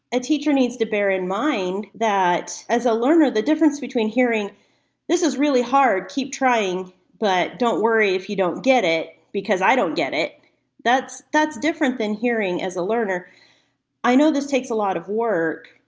a teacher needs to bear in mind that as a learner the difference between hearing this is really hard, keep trying but don't worry if you don't get it because i don't get it that's that's different than hearing, as a learner i know this takes a lot of work,